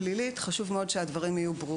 הופעת פרסום לא השתנתה.